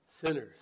Sinners